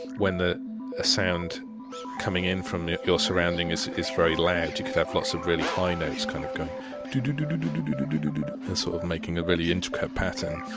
when a sound coming in from your surrounding is is very loud, you could have lots of really high notes kind of going doodoodoodoodoodoodoo doodoodoodoodoodoodoo and sort of making a really intricate pattern.